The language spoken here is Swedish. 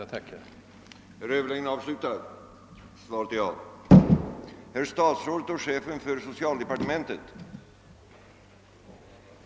Jag tackar än en gång.